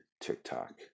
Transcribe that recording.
tiktok